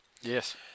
Yes